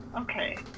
Okay